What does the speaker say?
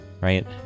right